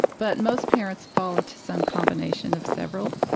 but most parents fall into some combination of several.